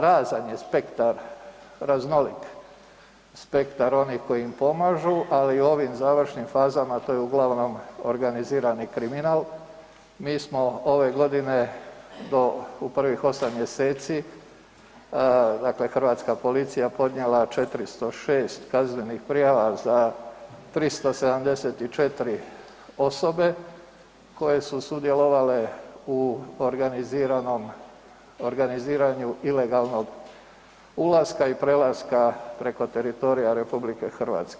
Razan je spektar, raznolik spektar onih koji im pomažu ali u ovim završnim fazama, to je uglavnom organizirani kriminal, mi smo ove godine do u prvih 8 mj. dakle hrvatska policija podnijela 406 kaznenih prijava za 374 osobe koje su sudjelovale u organiziranju ilegalnog ulaska i prelaska preko teritorija RH.